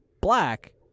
Black